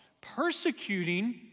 persecuting